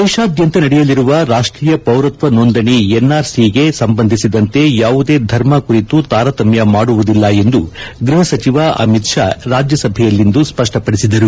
ದೇಶಾದ್ಯಂತ ನಡೆಯಲಿರುವ ರಾಷ್ಷೀಯ ಪೌರತ್ನ ನೋಂದಣಿ ಎನ್ಆರ್ಸಿಗೆ ಸಂಬಂಧಿಸಿದಂತೆ ಯಾವುದೇ ಧರ್ಮ ಕುರಿತು ತಾರತಮ್ಯ ಮಾಡುವುದಿಲ್ಲ ಎಂದು ಗೃಹ ಸಚಿವ ಅಮಿತ್ ಶಾ ರಾಜ್ಯಸಭೆಯಲ್ಲಿಂದು ಸ್ವಷ್ಪಪಡಿಸಿದರು